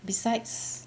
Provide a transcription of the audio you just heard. besides